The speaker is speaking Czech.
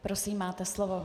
Prosím, máte slovo .